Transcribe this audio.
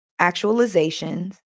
actualizations